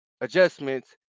adjustments